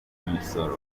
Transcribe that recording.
imisoro